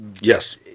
Yes